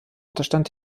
unterstand